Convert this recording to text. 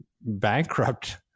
bankrupt